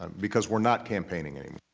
because we're not campaigning anymore.